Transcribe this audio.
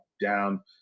down